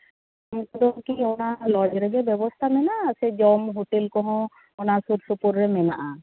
ᱥᱟᱱᱟᱢ ᱠᱤᱪᱷᱩ ᱚᱱᱟ ᱞᱚᱡᱽ ᱨᱮᱜᱮ ᱵᱮᱵᱚᱥᱛᱟ ᱢᱮᱱᱟᱜᱼᱟ ᱥᱮ ᱡᱚᱢ ᱦᱳᱴᱮᱞ ᱠᱚᱦᱚᱸ ᱚᱱᱟ ᱥᱩᱨ ᱥᱩᱯᱩᱨ ᱨᱮ ᱢᱮᱱᱟᱜᱼᱟ